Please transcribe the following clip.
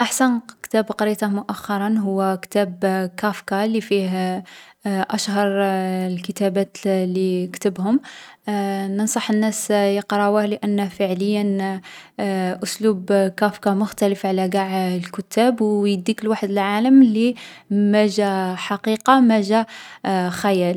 أحسن كتاب قريته مؤخرا هو كتاب كافكا لي فيه أشهر الكتابات لي كتبهم. ننصح الناس يقراوه لأنه أسلوب كافكا مختلف على قاع الكتاب لخرين لي قريت ليهم و يديك لعالم ما جا حقيقة ما جا خيال.